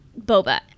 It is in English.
boba